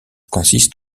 consists